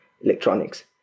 electronics